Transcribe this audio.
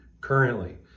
currently